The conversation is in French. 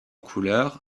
couleur